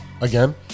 Again